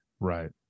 Right